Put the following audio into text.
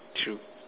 true